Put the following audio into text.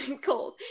cold